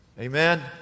Amen